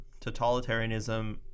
totalitarianism